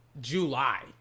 July